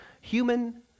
human